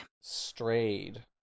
Strayed